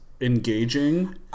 engaging